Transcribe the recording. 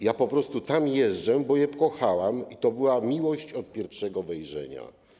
Ja po prostu tam jeżdżę, bo je pokochałam i to była miłość od pierwszego wejrzenia.